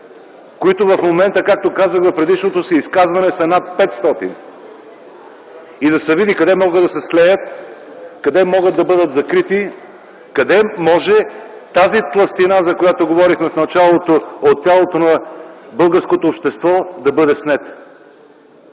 които в момента, както казах в предишното си изказване, са над 500, да се види къде могат да бъдат слети, къде могат да бъдат закрити, къде може тази тлъстина, за която говорихме в началото, да бъде снета от тялото на българското общество. Един